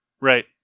right